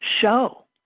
show